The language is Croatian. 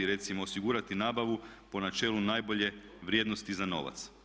Recimo osigurati nabavu po načelu najbolje vrijednosti za novac.